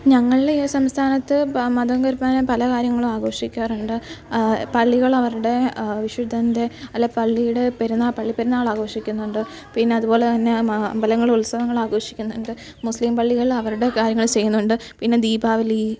ഞങ്ങളുടെ ഈ സംസ്ഥാനത്തു പ മതം പലകാര്യങ്ങളും ആഘോഷിക്കാറുണ്ട് പള്ളികൾ അവരുടെ വിശുദ്ധൻ്റെ അല്ലേ പള്ളിയുടെ പെരുന്നാൾ പള്ളിപ്പെരുന്നാൾ ആഘോഷിക്കുന്നുണ്ട് പിന്നെ അതുപോലെതന്നെ മാ അമ്പലങ്ങൾ ഉത്സവങ്ങൾ ആഘോഷിക്കുന്നുണ്ട് മുസ്ലിം പള്ളികളിൽ അവരുടെ കാര്യങ്ങൾ ചെയ്യുന്നുണ്ട് പിന്നെ ദീപാവലി